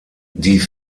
die